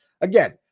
again